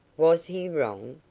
was he wrong?